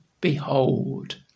Behold